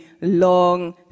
long